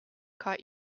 caught